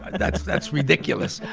that's that's ridiculous.